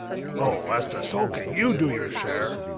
oh, as to sulking, you do your share!